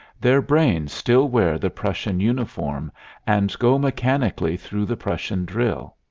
their brains still wear the prussian uniform and go mechanically through the prussian drill.